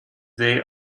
they